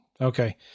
Okay